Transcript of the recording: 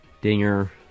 Dinger